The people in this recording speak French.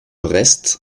reste